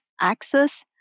axis